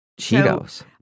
Cheetos